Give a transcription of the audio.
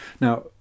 Now